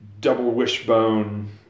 double-wishbone